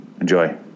Enjoy